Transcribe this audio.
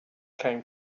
came